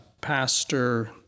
pastor